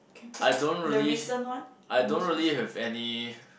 I don't really I don't really have any